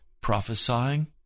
prophesying